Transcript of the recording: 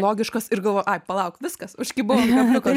logiškas ir galvoju ai palauk viskas užkibau ant kabliuko